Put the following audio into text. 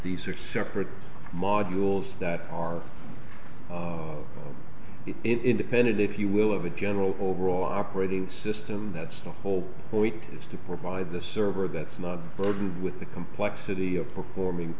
these are separate modules that are of the independent if you will of a general overall operating system that's the whole point is to provide the server that's not burdened with the complexity of performing